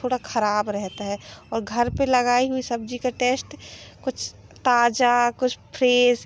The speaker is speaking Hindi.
थोड़ा ख़राब रहता है और घर पे लगाई हुई सब्ज़ी का टेस्ट कुछ ताज़ा कुछ फ्रेस